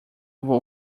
vou